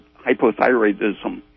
hypothyroidism